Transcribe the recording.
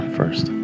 first